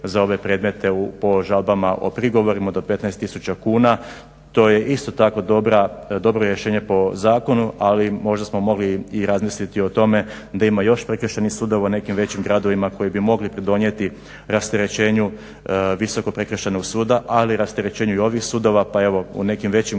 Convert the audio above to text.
za ove predmete po žalbama o prigovorima do 15 tisuća kuna. To je isto tako dobro rješenje po zakonu ali možda smo mogli i razmisliti o tome da ima još prekršajnih sudova u nekim većim gradovima koji bi mogli pridonijeti rasterećenju Visokog prekršajnog suda ali rasterećenju i ovih sudova. Pa evo u nekim većim gadovima